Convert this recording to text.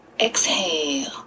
Exhale